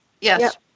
yes